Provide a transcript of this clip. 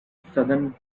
southern